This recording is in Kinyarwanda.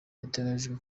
biteganyijwe